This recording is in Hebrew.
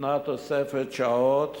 ניתנת תוספת שעות,